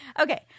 Okay